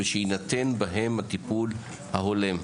ושיינתן בהם הטיפול ההולם.